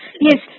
Yes